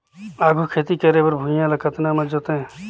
आघु खेती करे बर भुइयां ल कतना म जोतेयं?